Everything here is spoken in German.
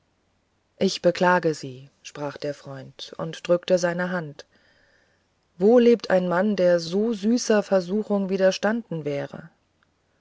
ich beklage sie sprach der freund und drückte seine hand wo lebt ein mann der so süßer versuchung widerstanden wäre